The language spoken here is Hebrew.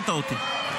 אותי.